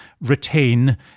retain